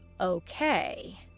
okay